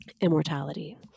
immortality